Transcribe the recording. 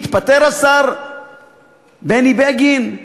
יתפטר השר בני בגין?